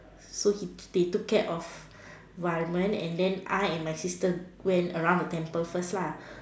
so he they took care of Varum and then I and my sister went around the temple first lah